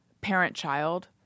parent-child